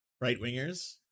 right-wingers